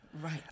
Right